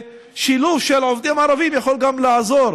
ושילוב של עובדים ערבים יכול גם לעזור